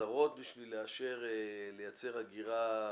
המטרות כדי לייצר הגירה